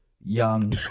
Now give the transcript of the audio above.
young